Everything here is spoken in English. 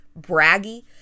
braggy